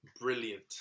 brilliant